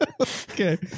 Okay